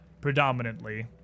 predominantly